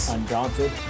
undaunted